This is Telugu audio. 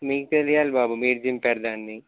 మీకు తెలియాలి బాబు మీరు చింపారు దాన్ని